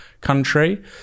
country